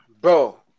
Bro